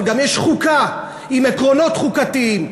אבל גם יש חוקה עם עקרונות חוקתיים.